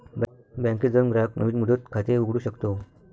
बँकेत जाऊन ग्राहक नवीन मुदत खाते उघडू शकतो